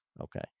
okay